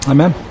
Amen